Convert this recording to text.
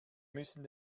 müssen